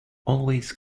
always